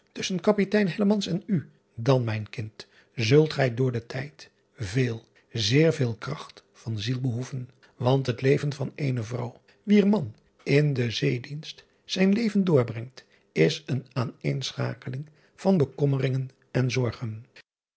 tusschen apitein en u dan mijn kind zult gij door den tijd veel zeer veel kracht van ziel behoeven want het leven van eene vrouw wier man in den zeedienst zijn leven doorbrengt is een aaneenschakeling van bekommeringen en zorgen